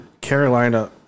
Carolina